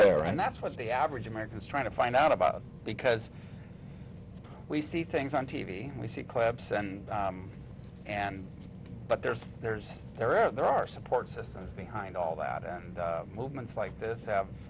were and that's what the average american is trying to find out about because we see things on t v we see clips and and but there's there's there are there are support systems behind all that and movements like this ha